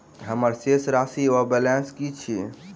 हम्मर शेष राशि वा बैलेंस की अछि?